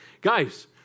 Guys